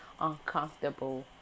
uncomfortable